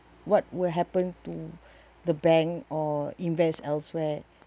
what will happen to the bank or invest elsewhere